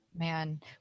Man